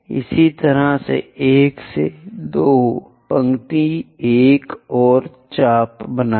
इसी तरह यहां से 1 से 2 पंक्ति में एक और चाप बनाएं